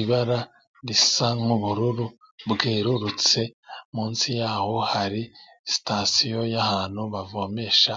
Ibara risa nk'ubururu bwerurutse, munsi ya ho hari sitasiyo y'ahantu bavomesha